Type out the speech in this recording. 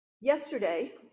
Yesterday